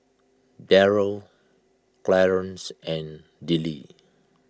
Jeryl Clarance and Dillie